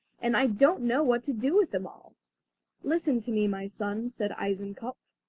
and i don't know what to do with them all listen to me, my son said eisenkopf.